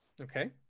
Okay